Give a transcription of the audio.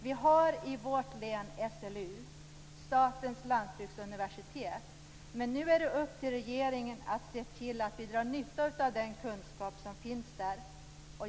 Vi har vårt län SLU, Statens lantbruksuniversitet. Nu är det upp till regeringen att se till att vi drar nytta av den kunskap som finns där.